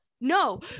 no